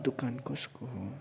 दोकान कसको हो